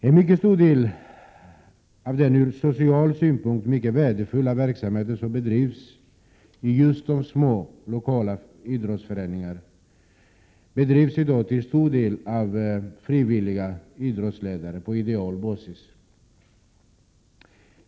En mycket stor del av den från social synpunkt mycket värdefulla verksamheten är just de små, lokala idrottsföreningarna som i dag till stor del bedrivs av frivilliga idrottsledare på ideell basis.